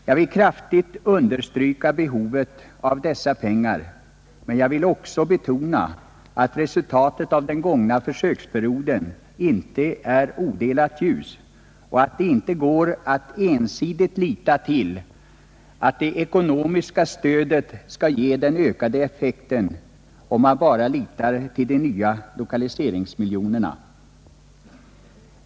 Jag vill kraftigt understryka behovet av dessa pengar, men jag vill också betona att resultatet av den tänkta försöksperioden inte är odelat ljust och att det inte går att ensidigt lita till att det ekonomiska stödet skall ge den ökade effekten, om man bara litar till de nya lokaliseringsmiljonerna.